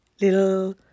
little